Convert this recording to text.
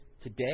today